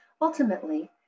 ultimately